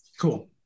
cool